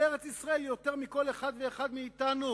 ארץ-ישראל יותר מכל אחד ואחד מאתנו",